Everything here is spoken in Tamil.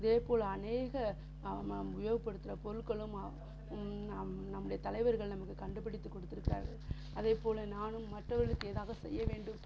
அதே போல் அநேக நாம் உபயோகப்படுத்துகிற பொருட்களும் நம்முடைய தலைவர்கள் நமக்கு கண்டுபிடித்து கொடுத்துருக்கிறார்கள் அதே போல் நானும் மற்றவர்களுக்கு ஏதாவது செய்யவேண்டும்